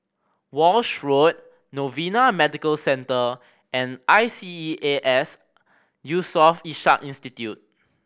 Walshe Road Novena Medical Centre and I S E A S Yusof Ishak Institute